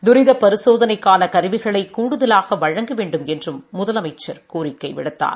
துரித பரிசோதனைக்கான கருவிகளை கூடுதலாக வழங்க வேண்டுமென்றும் முதலமைச்சர் கோரிக்கை விடுத்தார்